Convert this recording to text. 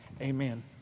amen